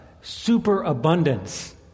superabundance